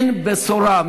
אין בשורה.